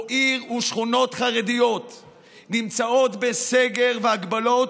שבו עיר ושכונות חרדיות נמצאות בסגר והגבלות,